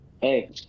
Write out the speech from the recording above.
hey